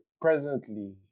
Presently